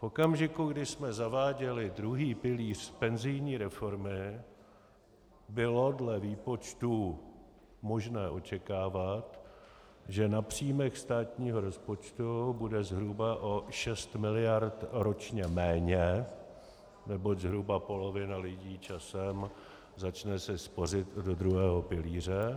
V okamžiku, kdy jsme zaváděli druhý pilíř penzijní reformy, bylo dle výpočtů možné očekávat, že na příjmech státního rozpočtu bude zhruba o 6 mld. ročně méně, neboť zhruba polovina lidí časem začne spořit do druhého pilíře.